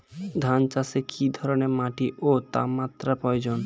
ধান চাষে কী ধরনের মাটি ও তাপমাত্রার প্রয়োজন?